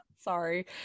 Sorry